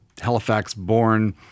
Halifax-born